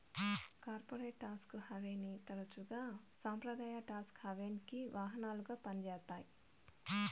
corporate tax హావెన్ని తరచుగా సంప్రదాయ టాక్స్ హావెన్కి వాహనాలుగా పంజేత్తాయి